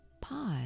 pause